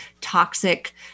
toxic